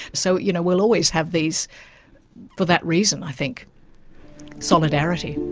so you know we'll always have these for that reason i think solidarity.